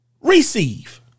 Receive